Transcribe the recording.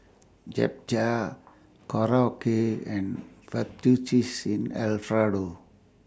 Japchae Korokke and Fettuccine Alfredo